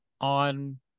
on